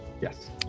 Yes